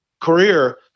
career